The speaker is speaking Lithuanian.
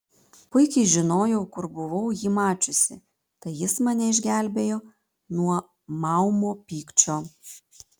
puikiai žinojau kur buvau jį mačiusi tai jis mane išgelbėjo nuo maumo pykčio